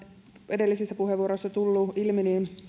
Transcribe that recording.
edellisissä puheenvuoroissa tullut ilmi